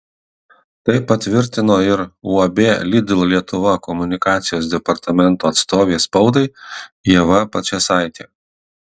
tai patvirtino ir uab lidl lietuva komunikacijos departamento atstovė spaudai ieva pačėsaitė